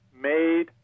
made